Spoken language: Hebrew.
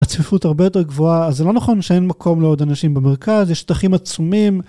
הצפיפות הרבה יותר גבוהה אז זה לא נכון שאין מקום לעוד אנשים במרכז יש שטחים עצומים.